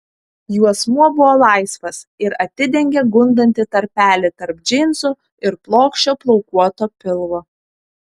juosmuo buvo laisvas ir atidengė gundantį tarpelį tarp džinsų ir plokščio plaukuoto pilvo